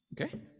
Okay